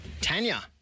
Tanya